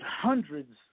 hundreds